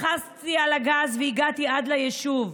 לחצתי על הגז והגעתי עד ליישוב,